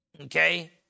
okay